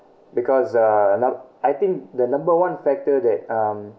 because uh num~ I think the number one factor that um